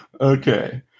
Okay